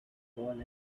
fall